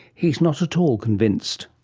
he is not at all convinced.